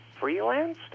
freelanced